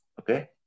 Okay